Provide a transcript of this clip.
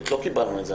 לא קיבלנו את זה,